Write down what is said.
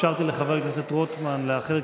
אפשרתי לחבר הכנסת רוטמן לאחר,